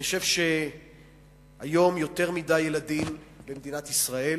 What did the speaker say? אני חושב שהיום יותר מדי ילדים במדינת ישראל